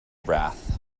wrath